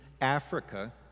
Africa